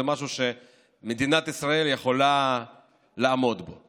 זה משהו שמדינת ישראל יכולה לעמוד בו.